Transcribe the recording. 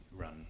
run